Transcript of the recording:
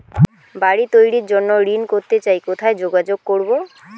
বাড়ি তৈরির জন্য ঋণ করতে চাই কোথায় যোগাযোগ করবো?